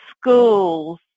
schools